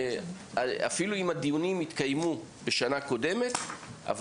אפילו אם הדיונים התקיימו בשנה קודמת,